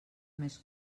més